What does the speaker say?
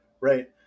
Right